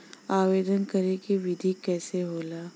आवेदन करे के विधि कइसे होला?